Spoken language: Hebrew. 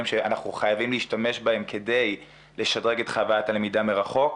שאנחנו חייבים להשתמש בהם כדי לשדרג את חוויית הלמידה מרחוק,